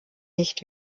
nicht